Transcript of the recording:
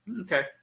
Okay